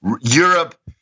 Europe